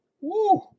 Woo